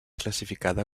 classificada